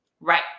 Right